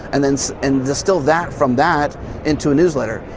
and then so and distill that from that in to a newsletter.